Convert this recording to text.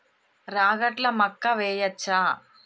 రాగట్ల మక్కా వెయ్యచ్చా?